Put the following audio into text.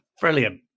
Brilliant